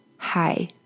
hi